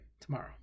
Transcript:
tomorrow